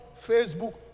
Facebook